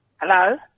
Hello